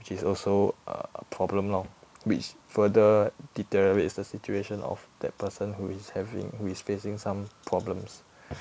which is also err problem lor which further deteriorates the situation of that person who is having who is facing some problems